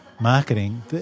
marketing